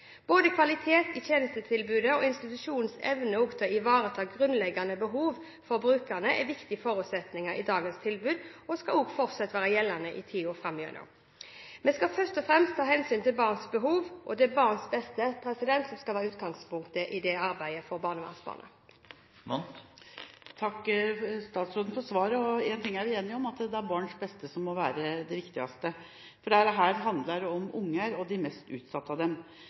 Både kvaliteten i tjenestetilbudet og institusjonens evne til å ivareta grunnleggende behov for brukerne er viktige forutsetninger i dagens tilbud og skal fortsatt være gjeldende i tida framover. Vi skal først og fremst ta hensyn til barnas behov, og det er barnets beste som skal være utgangspunktet i arbeidet for barnevernsbarna. Jeg takker statsråden for svaret. Én ting er vi enige om, at det er barnets beste som må være det viktigste, for dette handler om unger og de mest utsatte av dem.